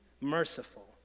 merciful